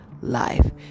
life